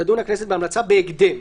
תדון הכנסת בהמלצה בהקדם,